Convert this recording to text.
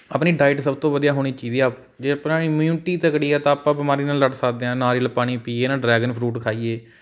ਆਪਣੀ ਡਾਈਟ ਸਭ ਤੋਂ ਵਧੀਆ ਹੋਣੀ ਚਾਹੀਦੀ ਆ ਜੇ ਆਪਣਾ ਇਮੀਊਨਟੀ ਤਗੜੀ ਆ ਤਾਂ ਆਪਾਂ ਬਿਮਾਰੀ ਨਾਲ ਲੜ ਸਕਦੇ ਹਾਂ ਨਾਰੀਅਲ ਪਾਣੀ ਪੀਏ ਹੈ ਨਾ ਡਰੈਗਨ ਫਰੂਟ ਖਾਈਏ